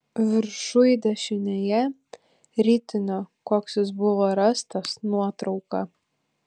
viršuj dešinėje ritinio koks jis buvo rastas nuotrauka